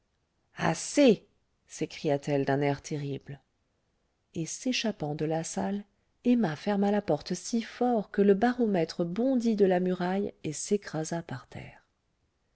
assez s'écria-t-elle d'un air terrible et s'échappant de la salle emma ferma la porte si fort que le baromètre bondit de la muraille et s'écrasa par terre